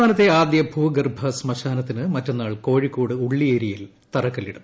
സംസ്ഥാനത്തെ ആദ്യ ഭൂഗർഭ ശ്മശാനത്തിന് മറ്റെന്നാൾ കോഴിക്കോട് ഉള്ളിയേരിയിൽ തറക്കല്ലിടും